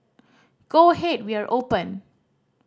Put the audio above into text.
go ahead we are open